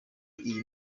iyi